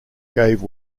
gave